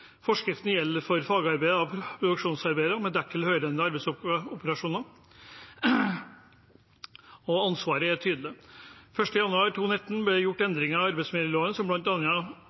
Forskriften gjelder for fagarbeidere og produksjonsarbeidere med dertil hørende arbeidsoperasjoner, og ansvaret er tydelig. Den 1. januar 2019 ble det gjort endringer i arbeidsmiljøloven som